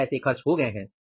यह खर्च हो गई है